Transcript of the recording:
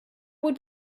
would